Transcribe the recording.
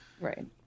Right